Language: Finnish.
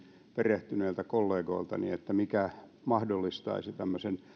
perehtyneiltä kollegoiltani mikä mahdollistaisi tämmöisen